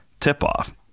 tip-off